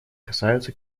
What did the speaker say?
касаются